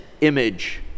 image